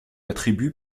attribue